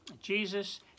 Jesus